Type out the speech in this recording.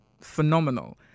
phenomenal